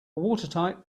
watertight